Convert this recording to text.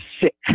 sick